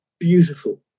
Beautiful